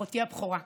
אחותי הבכורה.